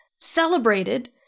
celebrated